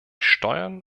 steuern